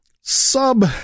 sub